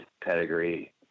pedigree